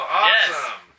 awesome